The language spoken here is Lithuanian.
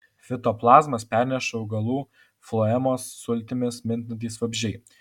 fitoplazmas perneša augalų floemos sultimis mintantys vabzdžiai